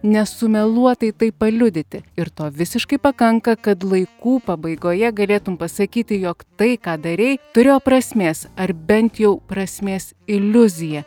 nesumeluotai tai paliudyti ir to visiškai pakanka kad laikų pabaigoje galėtum pasakyti jog tai ką darei turėjo prasmės ar bent jau prasmės iliuzija